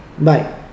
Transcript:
Bye